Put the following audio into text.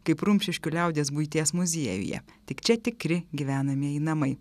kaip rumšiškių liaudies buities muziejuje tik čia tikri gyvenamieji namai